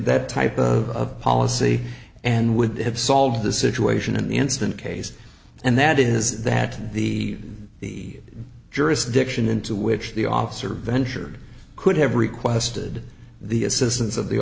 that type of policy and would have solved the situation in the instant case and that is that the the jurisdiction into which the officer ventured could have requested the assistance of the